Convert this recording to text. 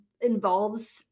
involves